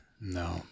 No